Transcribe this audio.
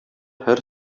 һәр